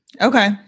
Okay